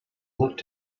looked